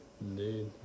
indeed